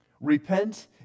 repent